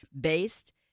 based